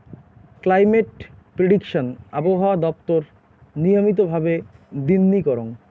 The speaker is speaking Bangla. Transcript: ক্লাইমেট প্রেডিকশন আবহাওয়া দপ্তর নিয়মিত ভাবে দিননি করং